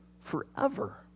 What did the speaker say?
forever